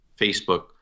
Facebook